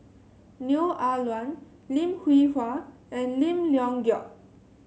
Neo Ah Luan Lim Hwee Hua and Lim Leong Geok